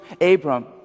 Abram